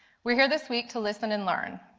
we are here this week to listen and learn.